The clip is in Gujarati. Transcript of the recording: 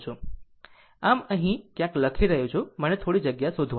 આમ અહીં ક્યાંક લખી રહ્યો છું મને થોડી જગ્યા શોધવા દો